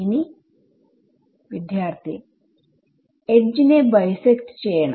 ഇനി വിദ്യാർത്ഥി എഡ്ജ് നെ ബൈസെക്റ്റ് ചെയ്യണം